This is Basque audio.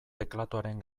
teklatuaren